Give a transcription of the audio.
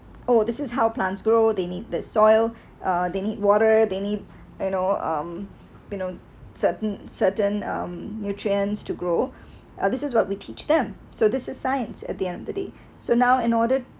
oh this is how plants grow they need the soil uh they need water they need you know um certain certain um nutrients to grow this is what we teach them so this is science at the end of the day so now in order to